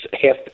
half